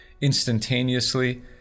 instantaneously